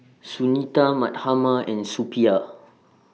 Sunita Mahatma and Suppiah